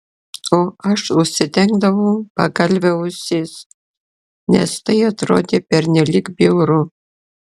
o aš užsidengdavau pagalve ausis nes tai atrodė pernelyg bjauru